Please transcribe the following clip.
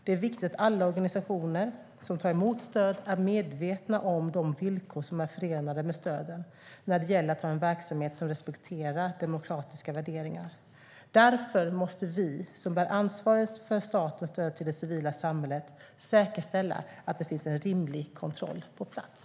Det är viktigt att alla organisationer som tar emot stöd är medvetna om de villkor som är förenade med stöden när det gäller att ha en verksamhet som respekterar demokratiska värderingar. Därför måste vi som bär ansvaret för statens stöd till det civila samhället säkerställa att det finns en rimlig kontroll på plats.